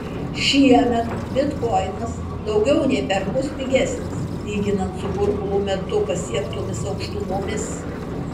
šiemet bitkoinas daugiau nei perpus pigesnis lyginant su burbulo metu pasiektomis aukštumomis